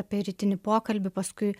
apie rytinį pokalbį paskui